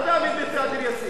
אתה יודע מי ביצע את דיר-יאסין.